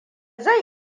zai